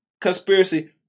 conspiracy